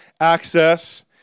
access